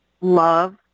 love